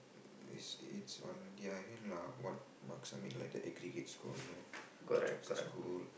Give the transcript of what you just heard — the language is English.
it's it's on their hand lah what marks I mean like the aggregate score you know to school